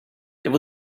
there